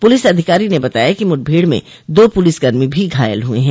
police अधिकारी ने बताया कि मुठभेड़ में दो पुलिसकर्मी भी घायल हुए हैं